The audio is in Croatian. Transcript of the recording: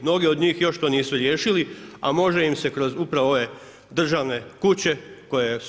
Mnogi od njih još to nisu riješili, a može im se kroz upravo ove državne kuće koje su